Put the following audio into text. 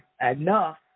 enough